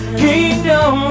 kingdom